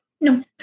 no